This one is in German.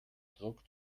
druck